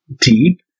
deep